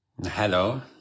Hello